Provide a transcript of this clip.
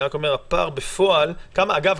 אני רק אומר שהפער בפועל אגב,